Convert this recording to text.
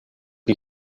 und